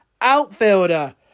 outfielder